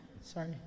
Sorry